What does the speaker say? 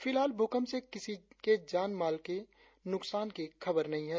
फिलहाल भूकंप से किसी जान माल के नुकसान की खबर नहीं है